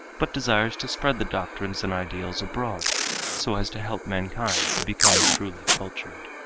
but desires to spread the doctrines and ideals abroad so as to help mankind to become truly cultured.